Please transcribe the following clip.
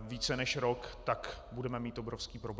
více než rok, tak budeme mít obrovský problém.